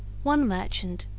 one merchant,